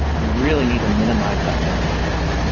you really need to minimize that memory overhead.